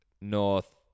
North